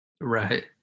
right